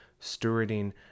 stewarding